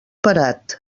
parat